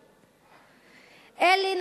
אלה,